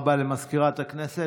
תודה רבה למזכירת הכנסת.